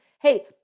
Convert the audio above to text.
hey